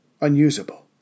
unusable